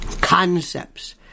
Concepts